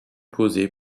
posée